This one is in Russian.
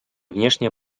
внешняя